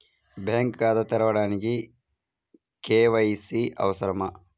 Bank ఖాతా తెరవడానికి KYC అవసరమా?